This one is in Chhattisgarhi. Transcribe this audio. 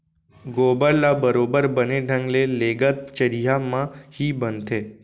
गोबर ल बरोबर बने ढंग ले लेगत चरिहा म ही बनथे